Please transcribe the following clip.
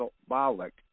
symbolic